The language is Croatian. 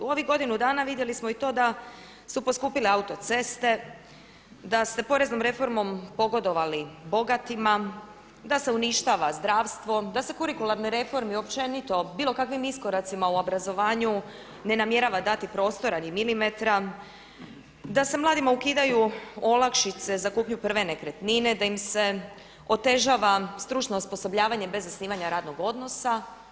U ovih godinu dana vidjeli smo i to da su poskupjele autoceste, da ste poreznom reformom pogodovali bogatima, da se uništava zdravstvo, da se kurikularnoj reformi općenito, bilo kakvim iskoracima u obrazovanju ne namjerava dati prostora ni milimetra, da se mladima ukidaju olakšice za kupnju prve nekretnine, da im se otežava stručno osposobljavanje bez zasnivanja radnog odnosa.